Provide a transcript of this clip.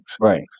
Right